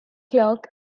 clerk